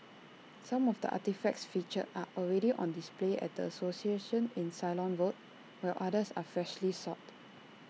some of the artefacts featured are already on display at the association in Ceylon road while others were freshly sought